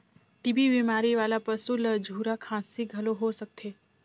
TB बेमारी वाला पसू ल झूरा खांसी घलो हो सकथे